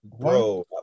Bro